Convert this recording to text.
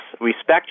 respect